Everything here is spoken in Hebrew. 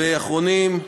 ואחרונים,